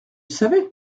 savez